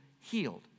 healed